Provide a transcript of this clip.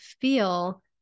feel